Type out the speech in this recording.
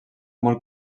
molt